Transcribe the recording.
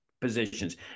positions